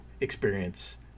experience